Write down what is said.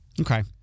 okay